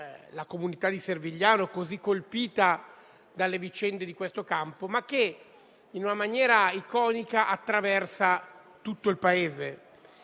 la comunità di Servigliano, così colpita dalle vicende di questo campo, e che in maniera iconica attraversa tutto il Paese.